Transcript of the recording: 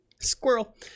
squirrel